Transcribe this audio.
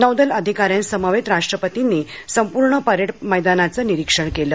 नौदल अधिका यांसमवेत राष्ट्रपतींनी संपूर्ण परेड मैदानाचे निरिक्षण केलं